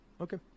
Okay